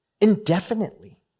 indefinitely